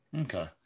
Okay